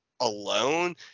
alone